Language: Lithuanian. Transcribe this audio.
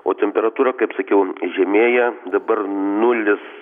o temperatūra kaip sakiau žemėja dabar nulis